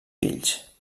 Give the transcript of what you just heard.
fills